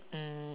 mm